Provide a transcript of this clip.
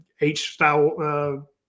H-style